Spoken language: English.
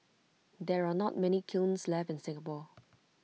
there are not many kilns left in Singapore